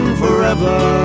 forever